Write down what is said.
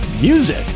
Music